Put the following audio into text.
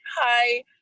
Hi